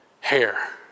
hair